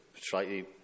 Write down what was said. slightly